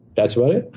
that's about it.